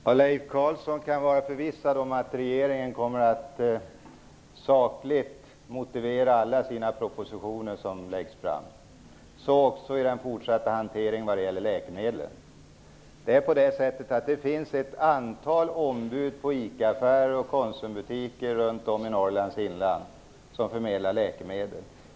Fru talman! Leif Carlson kan vara förvissad om att regeringen kommer att sakligt motivera alla de propositioner som läggs fram, så också i den fortsatta hanteringen vad gäller läkemedel. Det finns ett antal ombud i ICA och Konsumbutiker runt om i Norrlands inland som förmedlar läkemedel.